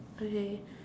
okay